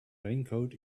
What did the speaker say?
raincoat